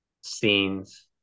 scenes